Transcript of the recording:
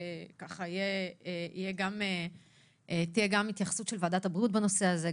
שתהיה גם התייחסות של ועדת הבריאות בנושא הזה,